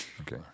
Okay